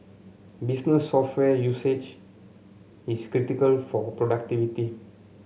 business software usage is critical for productivity